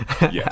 yes